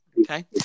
Okay